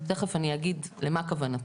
תיכף אני אגיד למה כוונתי.